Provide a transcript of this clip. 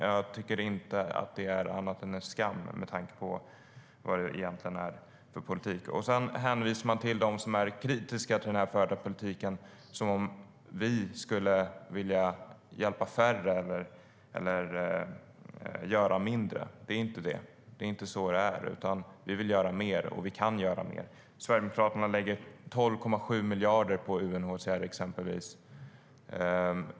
Jag tycker inte att det är annat än en skam med tanke på vad det egentligen är för politik. Sedan hänvisar man till oss som är kritiska till denna förda politik som om vi skulle vilja hjälpa färre eller göra mindre. Så är det inte, utan vi vill göra mer och kan göra mer. Sverigedemokraterna lägger exempelvis 12,7 miljarder på UNHCR.